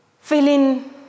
feeling